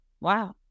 Wow